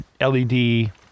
LED